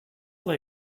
they